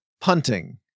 Punting